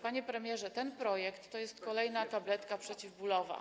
Panie premierze, ten projekt to jest kolejna tabletka przeciwbólowa.